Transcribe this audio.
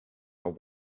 are